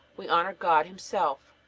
we honor god himself.